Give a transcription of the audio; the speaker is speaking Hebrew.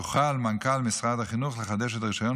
יוכל מנכ"ל משרד החינוך לחדש את הרישיון